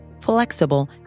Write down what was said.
flexible